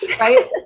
Right